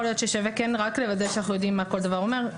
יכול להיות שכן שווה לוודא שאנחנו יודעים מה כל דבר אומר.